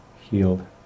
healed